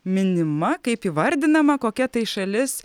minima kaip įvardinama kokia tai šalis